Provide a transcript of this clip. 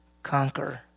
conquer